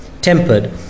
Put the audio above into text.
tempered